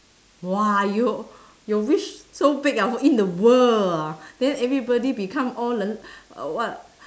!wah! your your wish so big ah in the world ah then everybody become all 人 uh what